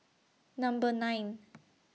Number nine